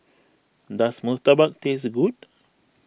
does Murtabak taste good